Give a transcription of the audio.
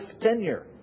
tenure